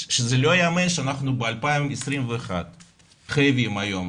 שזה לא יאמן שאנחנו ב-2021 חייבים היום